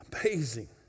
amazing